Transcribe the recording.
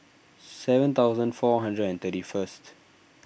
seven thousand four hundred and thirty first